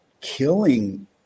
killing